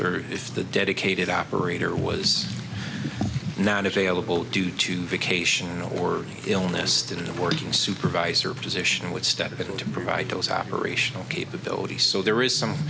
the if the dedicated operator was not available due to vacation or illness than the working supervisor position would step in to provide those operational capability so there is some